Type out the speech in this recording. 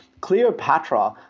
Cleopatra